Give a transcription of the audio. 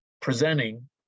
presenting